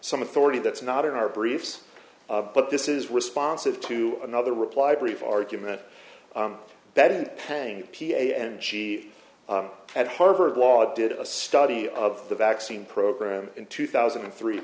some authority that's not in our briefs but this is responsive to another reply brief argument that in pain p and g and harvard law did a study of the vaccine program in two thousand and three